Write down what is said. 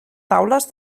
taules